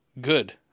good